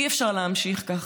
אי-אפשר להמשיך כך,